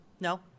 no